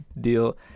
deal